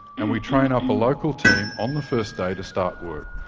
and we train up a local team on the first day to start work.